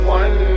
one